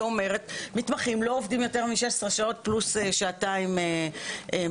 שאומרת: מתמחים לא עובדים יותר מ-16 שעות פלוס שעתיים מנוחה.